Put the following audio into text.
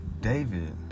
David